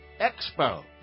Expo